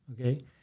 Okay